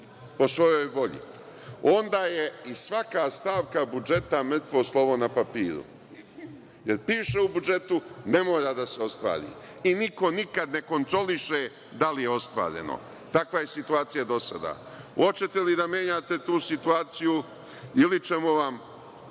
po svojoj volji. Onda je i svaka stavka budžeta mrtvo slovo na papiru, jer piše u budžetu – ne mora da se ostvari, i niko nikada ne kontroliše da li je ostvareno. Takva je situacija do sada. Hoćete li da menjate tu situaciju ili ćemo vam